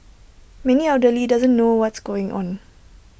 many elderly doesn't know what's going on